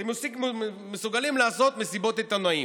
אתם מסוגלים לעשות מסיבות עיתונאים.